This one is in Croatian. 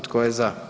Tko je za?